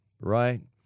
right